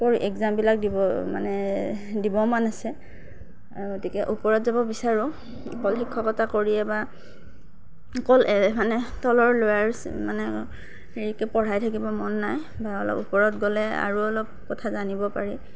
মোৰ এগ্জামবিলাক দিব মানে দিব মন আছে আৰু গতিকে ওপৰত যাব বিচাৰোঁ অকল শিক্ষকতা কৰিয়েই বা অকল মানে তলৰ ল'ৱাৰ মানে হেৰিকে পঢ়াই থাকিব মন নাই বা অলপ ওপৰত গ'লে আৰু অলপ কথা জানিব পাৰি